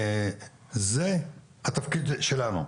זה התפקיד שלנו.